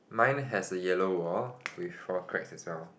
mine has a yellow wall with four cracks as well